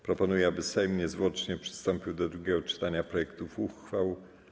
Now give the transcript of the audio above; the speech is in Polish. Proponuję, aby Sejm niezwłocznie przystąpił do drugiego czytania projektów uchwał.